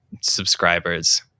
subscribers